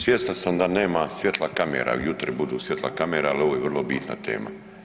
Svjestan sam da nema svjetla kamera, jutri budu svjetla kamera, al ovo je vrlo bitna tema.